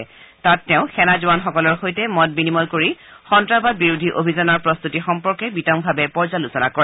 তেওঁ তাত সেনা জোৱানসকলৰ সৈতে মত বিনিময় কৰি সন্তাসবাদ বিৰোধী অভিযানৰ প্ৰস্তুতি সম্পৰ্কে বিতংভাৱে পৰ্যালোচনা কৰে